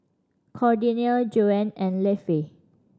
Cordelia Joann and Lafe